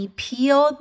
peel